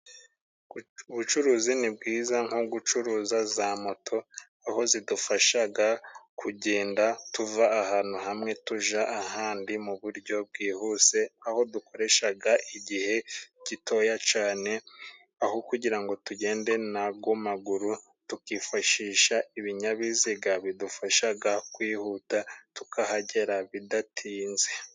Ubucuruzi ni bwiza nko gucuruza za moto, aho zidufasha kugenda tuva ahantu hamwe tujya ahandi mu buryo bwihuse, aho dukoresha igihe gitoya cyane, aho kugira ngo tugende nayo maguru tukifashisha ibinyabiziga, bidufasha kwihuta tukahagera bidatinze.